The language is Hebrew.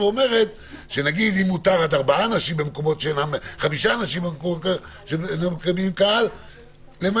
ואומרת שאם מותר עד חמישה אנשים במקומות שלא מקבלים קהל למעט